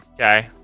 okay